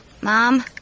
mom